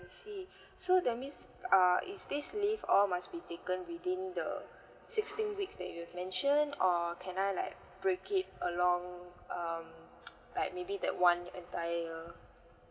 I see so that means uh is this leave all must be taken within the sixteen weeks that you've mentioned or can I like break it along um like maybe that one entire year